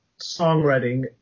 songwriting